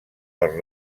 per